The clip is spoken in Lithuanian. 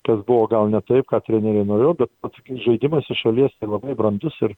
kas buvo gal ne taip ką treneriai norėjo bet pats žaidimas iš šalies tai labai brandus ir